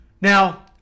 Now